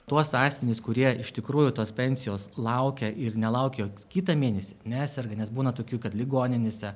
tuos asmenis kurie iš tikrųjų tos pensijos laukia ir nelaukia kitą mėnesį neserga nes būna tokių kad ligoninėse